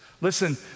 Listen